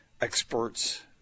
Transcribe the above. experts